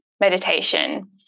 meditation